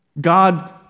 God